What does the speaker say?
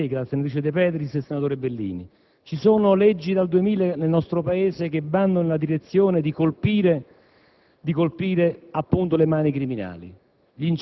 evidente - lo dicevano colleghi quali la senatrice De Petris ed il senatore Bellini - che vi sono leggi dal 2000 nel nostro Paese che vanno nella direzione di colpire